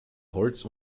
holz